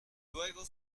luego